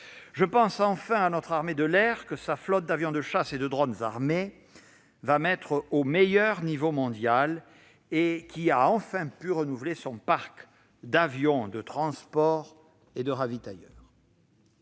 Je pense à notre armée de l'air dont la flotte d'avions de chasse et de drones armés se classera au meilleur rang mondial et qui a enfin pu renouveler son parc d'avions de transport et de ravitailleurs.